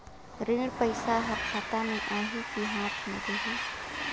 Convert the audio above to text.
ऋण पइसा हर खाता मे आही की हाथ मे देही?